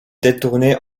détourner